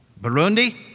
Burundi